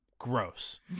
gross